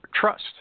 trust